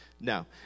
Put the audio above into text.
no